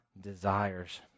desires